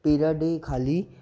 period ख़ाली